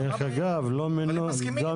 מה הבעיה?